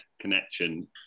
connection